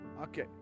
Okay